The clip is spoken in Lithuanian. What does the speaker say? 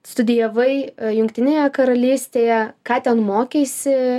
studijavai jungtinėje karalystėje ką ten mokeisi